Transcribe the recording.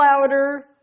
louder